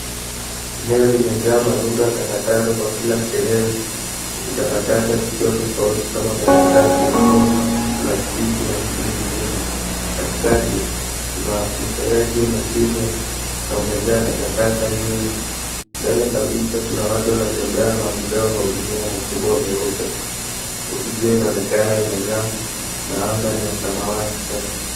Eneo limejaa marundo ya takataka kila sehemu, huku takataka zikiwa tofauti kama karatasi , nguo , plastiki na vitu vingine. Katikati, kuna mfereji umechimbwa na umejaa takataka nyingi. Mbele kabisa kuna watu wanatembea na wamebeba magunia makubwa meupe huku jua inaonekana imeng'aa na anga ni ya samawati safi.